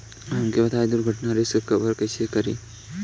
हमके ई बताईं दुर्घटना में रिस्क कभर करी कि ना?